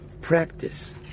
practice